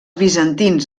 bizantins